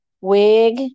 wig